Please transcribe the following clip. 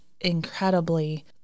incredibly